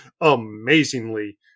amazingly